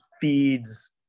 feeds